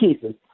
cases